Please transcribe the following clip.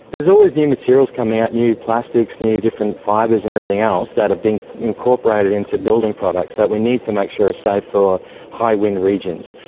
there's always new materials coming out, new plastics, new different fibres and everything else that are being incorporated into building products that we need to make sure are safe for high wind regions.